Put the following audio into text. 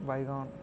ବାଇଗନ୍